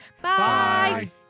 Bye